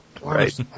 Right